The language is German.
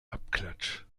abklatsch